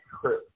Chris